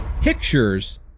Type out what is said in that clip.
pictures